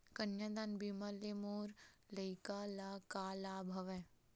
कन्यादान बीमा ले मोर लइका ल का लाभ हवय?